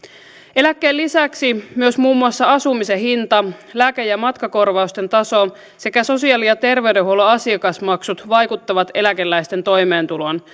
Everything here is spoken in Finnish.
eläkkeen lisäksi myös muun muassa asumisen hinta lääke ja matkakorvausten taso sekä sosiaali ja terveydenhuollon asiakasmaksut vaikuttavat eläkeläisten toimeentuloon